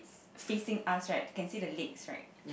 facing us right can see the legs right